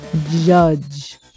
judge